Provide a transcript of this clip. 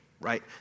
right